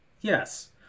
Yes